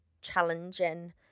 challenging